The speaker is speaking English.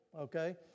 okay